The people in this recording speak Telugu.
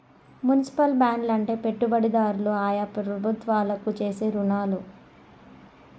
మునిసిపల్ బాండ్లు అంటే పెట్టుబడిదారులు ఆయా ప్రభుత్వాలకు చేసే రుణాలు